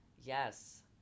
Yes